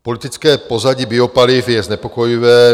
Politické pozadí biopaliv je znepokojivé.